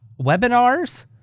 webinars